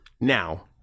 now